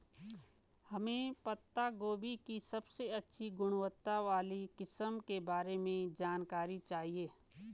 हमें पत्ता गोभी की सबसे अच्छी गुणवत्ता वाली किस्म के बारे में जानकारी चाहिए?